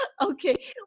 okay